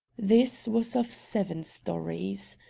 this was of seven stories.